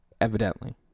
Evidently